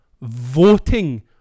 voting